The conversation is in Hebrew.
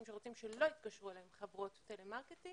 שרוצים שלא יתקשרו אליהם חברות טלמרקטינג